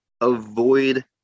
avoid